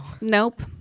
Nope